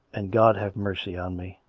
and god have mercy on me!